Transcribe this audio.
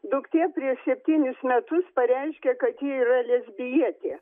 duktė prieš septynis metus pareiškė kad yra lesbietė